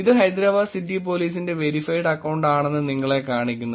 ഇത് ഹൈദരാബാദ് സിറ്റി പോലീസിന്റെ verified account ആണെന്ന് നിങ്ങളെ കാണിക്കുന്നു